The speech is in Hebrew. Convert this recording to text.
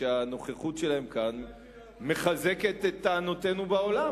שהנוכחות שלהם כאן מחזקת את טענותינו בעולם.